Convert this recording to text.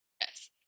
Yes